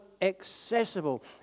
accessible